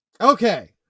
Okay